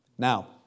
Now